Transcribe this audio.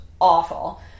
awful